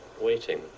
waiting